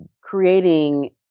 creating